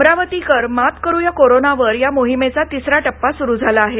अमरावतीकर मात करुया करोनावर या मोहिमेचा तिसरा टप्पा सुरू झाला आहे